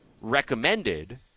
recommended